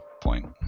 point